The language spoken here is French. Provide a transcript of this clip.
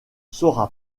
saura